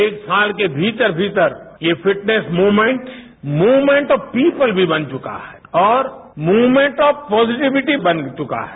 एक साल के भीतर भीतर ये fitness movement movement of people मी बन चुका है और मूवमेंट ऑफ पॉजिटिविटी बन चुका है